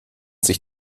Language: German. sich